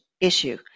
issue